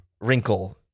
wrinkle